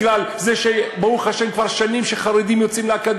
בוא אגיד לך את הנתונים.